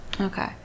Okay